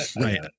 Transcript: Right